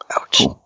Ouch